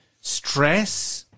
stress